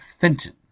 Fenton